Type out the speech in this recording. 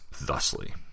thusly